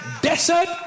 desert